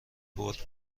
برد